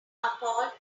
called